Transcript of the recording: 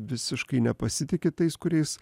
visiškai nepasitiki tais kuriais